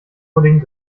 pudding